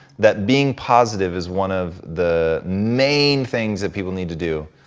that being positive is one of the main things that people need to do.